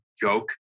joke